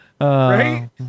right